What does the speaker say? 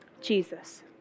Jesus